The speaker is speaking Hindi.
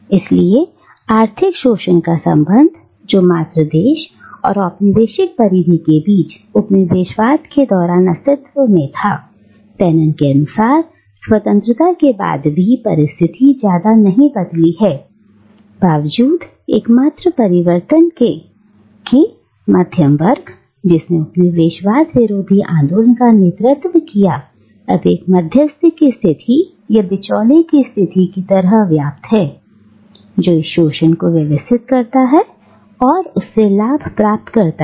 इसलिए आर्थिक शोषण का संबंध जो मात्र देश और औपनिवेशिक परिधि के बीच उपनिवेशवाद के दौरान अस्तित्व में था फैनन के अनुसार स्वतंत्रता के बाद भी परिस्थिति ज्यादा नहीं बदली है बावजूद एकमात्र परिवर्तन के कि मध्यम वर्ग जिसने उपनिवेशवाद विरोधी आंदोलन का नेतृत्व किया अब एक मध्यस्थ की स्थिति या बिचौलिए की स्तिथि की तरह व्याप्त है जो इस शोषण को व्यवस्थित करता है और उससे लाभ प्राप्त करता है